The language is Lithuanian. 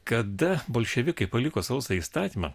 kada bolševikai paliko sausą įstatymą